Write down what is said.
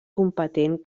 competent